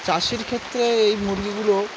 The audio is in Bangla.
চাষের ক্ষেত্রে এই মুরগিগুলো